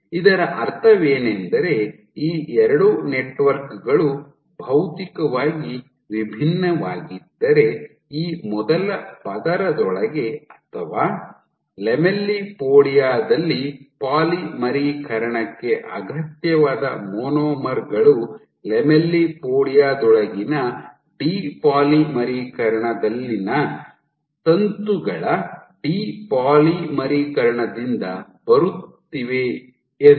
ಇದರ ಅರ್ಥವೇನೆಂದರೆ ಈ ಎರಡು ನೆಟ್ವರ್ಕ್ ಗಳು ಭೌತಿಕವಾಗಿ ವಿಭಿನ್ನವಾಗಿದ್ದರೆ ಈ ಮೊದಲ ಪದರದೊಳಗೆ ಅಥವಾ ಲ್ಯಾಮೆಲ್ಲಿಪೋಡಿಯಾ ದಲ್ಲಿ ಪಾಲಿಮರೀಕರಣಕ್ಕೆ ಅಗತ್ಯವಾದ ಮಾನೋಮರ್ ಗಳು ಲ್ಯಾಮೆಲ್ಲಿಪೋಡಿಯಾ ದೊಳಗಿನ ಡಿ ಪಾಲಿಮರೀಕರಣ ವಲಯದಲ್ಲಿನ ತಂತುಗಳ ಡಿ ಪಾಲಿಮರೀಕರಣದಿಂದ ಬರುತ್ತಿವೆ ಎಂದು